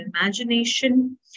imagination